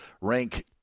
rank